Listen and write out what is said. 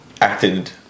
acted